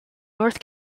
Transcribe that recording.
north